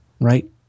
right